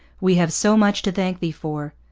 we have so much to thank thee for,